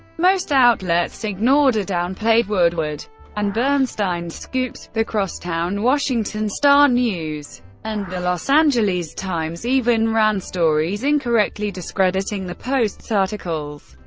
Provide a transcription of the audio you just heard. most outlets ignored or downplayed woodward and bernstein's scoops the crosstown washington star-news and the los angeles times even ran stories incorrectly discrediting the post's articles.